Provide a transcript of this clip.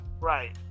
Right